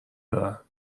دارن